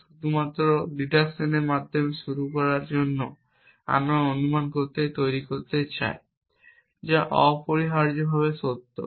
তবে শুধুমাত্র ডিডাকশনের মাধ্যমে শুরু করার জন্য আমরা অনুমান তৈরি করতে চাই যা অপরিহার্যভাবে সত্য